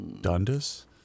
Dundas